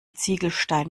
ziegelstein